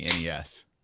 NES